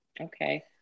okay